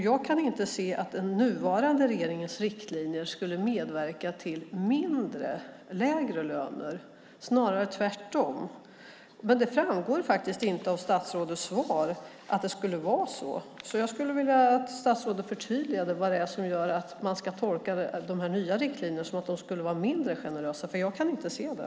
Jag kan inte se att den nuvarande regeringens riktlinjer skulle medverka till lägre löner, utan det är snarare tvärtom. Det framgår faktiskt inte av statsrådets svar att det skulle vara så. Jag skulle vilja att statsrådet förtydligade vad det är som gör att man ska tolka de nya riktlinjerna som att de skulle vara mindre generösa. Jag kan inte se det.